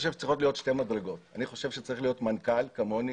צריכות להיות שתי מדרגות: צריך להיות מנכ"ל כמוני